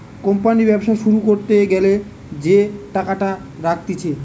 company ব্যবসা শুরু করতে গ্যালা যে টাকাটা রাখতিছে